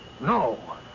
no